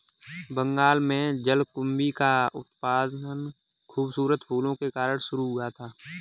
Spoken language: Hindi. बंगाल में जलकुंभी का उत्पादन खूबसूरत फूलों के कारण शुरू हुआ था